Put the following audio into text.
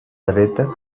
dreta